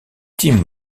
tim